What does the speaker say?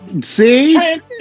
see